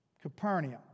Capernaum